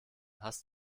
hast